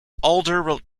alder